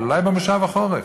אבל אולי בכנס החורף,